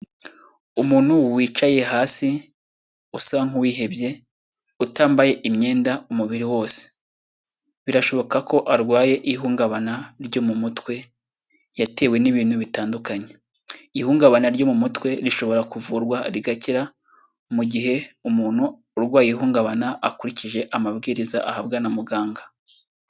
Umuntu wicaye hasi usa nk'uwihebye, utambaye imyenda umubiri wose, birashoboka ko arwaye ihungabana ryo mu mutwe, yatewe n'ibintu bitandukanye, ihungabana ryo mu mutwe rishobora kuvurwa rigakira, mu gihe umuntu urwaye ihungabana akurikije amabwiriza ahabwa na muganga.